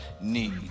need